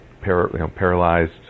paralyzed